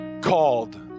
called